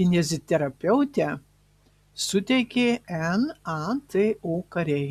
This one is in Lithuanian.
kineziterapeutę suteikė nato kariai